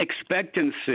expectancy